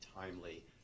timely